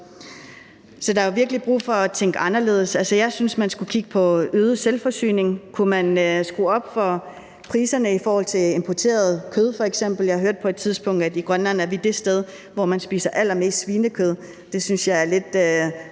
Så der er virkelig brug for at tænke anderledes. Jeg synes, man skulle kigge på øget selvforsyning. Kunne man skrue op for priserne på importeret kød f.eks.? Jeg hørte på et tidspunkt, at Grønland er det sted, hvor man spiser allermest svinekød. Det synes jeg er lidt